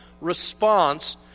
response